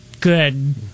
good